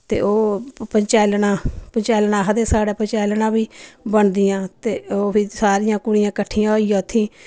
ते ओ पंचैलना पंचैलना आखदे साढ़ै पंचैलना बी बनदियां ते ओह् फ्ही सारियां कुड़ियां किट्ठियां होइयै उत्थै